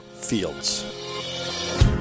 Fields